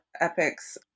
epics